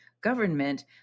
government